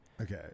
Okay